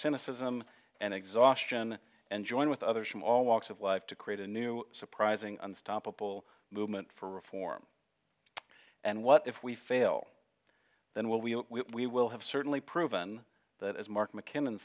cynicism and exhaustion and join with others from all walks of life to create a new surprising unstoppable movement for reform and what if we fail then what we will have certainly proven that as mark mc